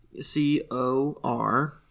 C-O-R